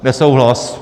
Nesouhlas.